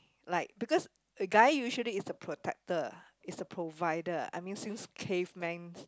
like because a guy usually is the protector is the provider I mean since caveman